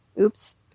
oops